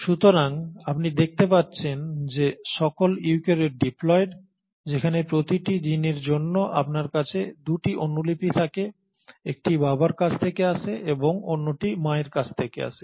সুতরাং আপনি দেখতে পাচ্ছেন যে সকল ইউক্যারিওট ডিপ্লোয়ড যেখানে প্রতিটি জিনের জন্য আপনার কাছে 2টি অনুলিপি থাকে একটি বাবার কাছ থেকে আসে এবং অন্যটি মায়ের কাছ থেকে আসে